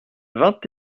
vingt